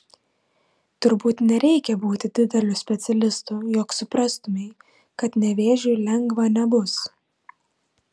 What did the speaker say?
turbūt nereikia būti dideliu specialistu jog suprastumei kad nevėžiui lengva nebus